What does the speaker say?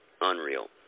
Unreal